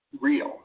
real